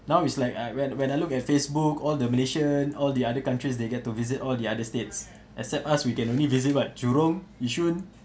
now it's like ah when when I look at facebook all the malaysian all the other countries they get to visit all the other states except us we can only visit what jurong yishun